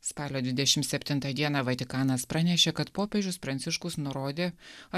spalio dvidešim septintą dieną vatikanas pranešė kad popiežius pranciškus nurodė